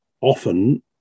often